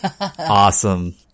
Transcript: awesome